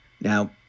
Now